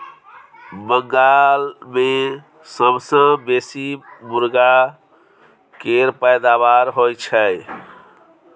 बंगाल मे सबसँ बेसी मुरगा केर पैदाबार होई छै